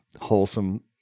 wholesome